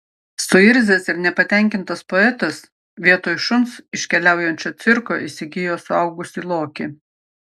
suirzęs ir nepatenkintas poetas vietoj šuns iš keliaujančio cirko įsigijo suaugusį lokį